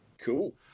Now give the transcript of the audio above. Cool